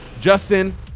Justin